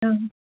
औ